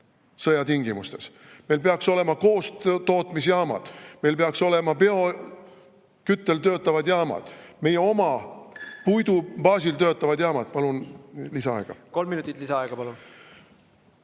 hävitatav. Meil peaks olema koostootmisjaamad, meil peaks olema bioküttel töötavad jaamad, meie oma puidu baasil töötavad jaamad. Palun lisaaega. Kolm minutit lisaaega, palun!